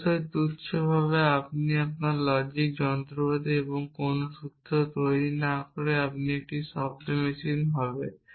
অবশ্যই তুচ্ছভাবে যদি আপনার লজিক যন্ত্রপাতি এমন কোনো সূত্র তৈরি না করে যা একটি শব্দ মেশিন হবে